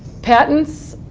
patents,